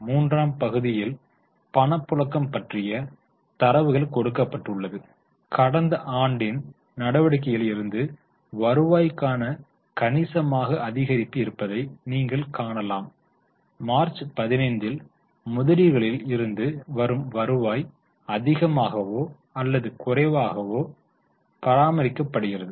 மூன்றாம் பகுதியில் பணப்புழக்கம் பற்றிய தரவுகள் கொடுக்கப்பட்டுள்ளது கடந்த ஆண்டின் நடவடிக்கைகளில் இருந்து வருவாய்க்கான கணிசமாக அதிகரிப்பு இருப்பதை நீங்கள் காணலாம் மார்ச் 15 இல் முதலீடுகளில் இருந்து வரும் வருவாய் அதிகமாகவோ அல்லது குறைவாகவோ பராமரிக்கப்படுகிறது